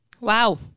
wow